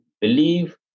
believe